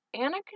Anna